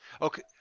okay